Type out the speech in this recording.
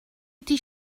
ydy